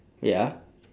ya